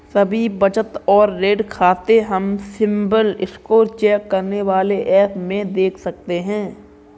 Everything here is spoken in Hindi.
सभी बचत और ऋण खाते हम सिबिल स्कोर चेक करने वाले एप में देख सकते है